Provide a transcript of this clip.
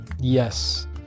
Yes